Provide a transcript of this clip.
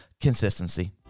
consistency